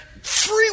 Free